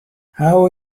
how